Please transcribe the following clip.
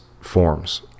forms